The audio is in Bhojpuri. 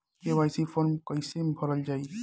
के.वाइ.सी फार्म कइसे भरल जाइ?